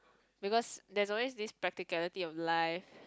because there's always this practicality of life